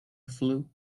flew